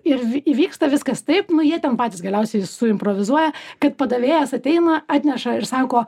ir įvyksta viskas taip nu jie ten patys galiausiai suimprovizuoja kad padavėjas ateina atneša ir sako